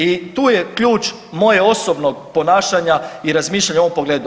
I tu je ključ mojeg osobnog ponašanja i razmišljanja u ovom pogledu.